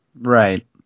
Right